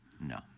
No